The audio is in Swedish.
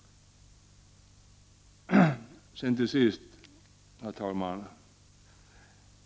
Herr talman!